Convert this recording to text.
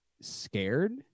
scared